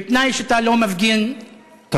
בתנאי שאתה לא מפגין ערבי.